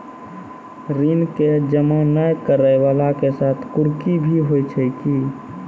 ऋण के जमा नै करैय वाला के साथ कुर्की भी होय छै कि?